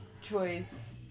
choice